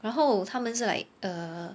然后他们是 like err